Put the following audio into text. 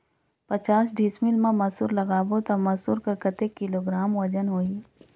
पचास डिसमिल मा मसुर लगाबो ता मसुर कर कतेक किलोग्राम वजन होही?